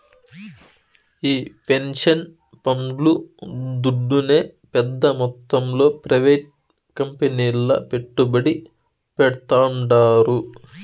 ఈ పెన్సన్ పండ్లు దుడ్డునే పెద్ద మొత్తంలో ప్రైవేట్ కంపెనీల్ల పెట్టుబడి పెడ్తాండారు